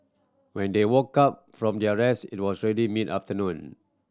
when they woke up from their rest it was already mid afternoon